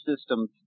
systems